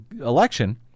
election